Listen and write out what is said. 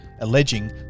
alleging